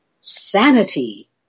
sanity